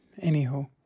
Anyhow